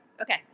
Okay